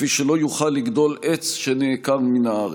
כפי שלא יוכל לגדול עץ שנעקר מן הארץ,